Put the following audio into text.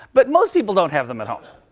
but most people don't have them at home.